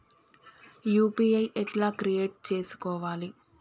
UPI ఎట్లా create చేసుకోవాలి?